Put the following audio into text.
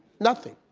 nothing.